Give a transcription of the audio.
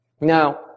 Now